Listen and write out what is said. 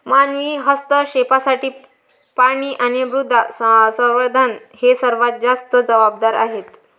मानवी हस्तक्षेपासाठी पाणी आणि मृदा संवर्धन हे सर्वात जास्त जबाबदार आहेत